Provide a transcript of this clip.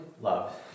love